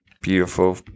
Beautiful